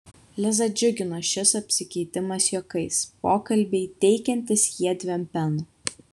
lizą džiugino šis apsikeitimas juokais pokalbiai teikiantys jiedviem peno